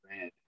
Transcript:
red